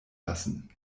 lassen